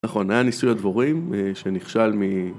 נכון, היה ניסוי הדבורים שנכשל מ...